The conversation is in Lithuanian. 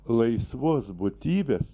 laisvos būtybės